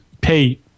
pay